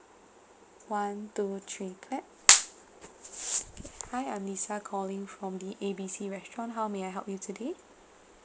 one two three clap hi I'm lisa calling from the A B C restaurant how may I help you today